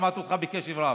ושמעתי אותך בקשב רב,